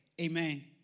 Amen